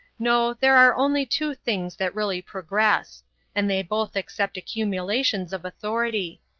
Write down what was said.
no there are only two things that really progress and they both accept accumulations of authority.